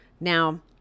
Now